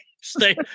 stay